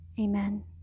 Amen